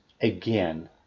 Again